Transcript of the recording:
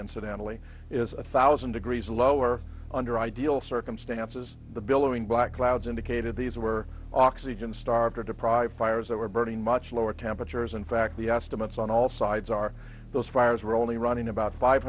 incidentally is a thousand degrees lower under ideal circumstances the billowing black clouds indicated these were oxygen starved or deprived fires that were burning much lower temperatures in fact the estimates on all sides are those fires were only running about five